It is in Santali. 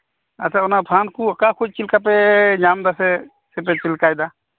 ᱟᱪᱪᱷᱟ ᱚᱱᱟ ᱯᱷᱟᱱᱰ ᱠᱚ ᱚᱠᱟ ᱠᱚ ᱪᱮᱫ ᱞᱮᱠᱟᱯᱮ ᱧᱟᱢᱫᱟᱥᱮ ᱥᱮᱯᱮ ᱪᱮᱫᱞᱮᱠᱟᱭᱮᱫᱟ